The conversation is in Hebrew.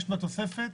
בתוספת